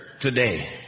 today